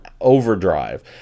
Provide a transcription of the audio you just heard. overdrive